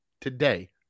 Today